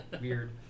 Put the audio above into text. weird